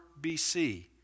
BC